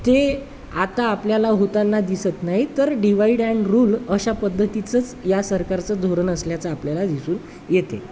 ते आता आपल्याला होताना दिसत नाही तर डिवाईड अँड रूल अशा पद्धतीचंच या सरकारचं धोरण असल्याचं आपल्याला दिसून येते